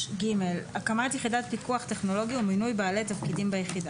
3ג.הקמת יחידת פיקוח טכנולוגי ומינוי בעלי תפקידים ביחידה.